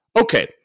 Okay